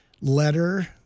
letter